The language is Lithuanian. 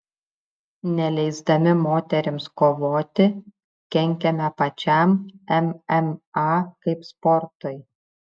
neleisdami moterims kovoti kenkiame pačiam mma kaip sportui